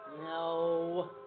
No